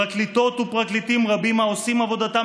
פרקליטות ופרקליטים רבים העושים עבודתם